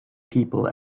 people